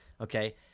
okay